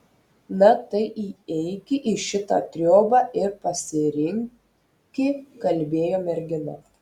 na tai įeiki į šitą triobą ir pasirinki kalbėjo mergina